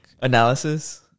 analysis